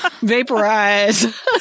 Vaporize